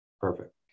Perfect